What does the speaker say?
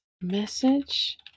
message